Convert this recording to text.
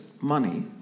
money